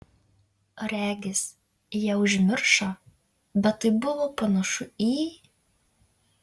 regis jie užmiršo bet tai buvo panašu į